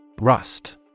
Rust